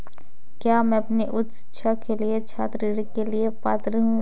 क्या मैं अपनी उच्च शिक्षा के लिए छात्र ऋण के लिए पात्र हूँ?